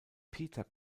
pieter